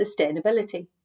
sustainability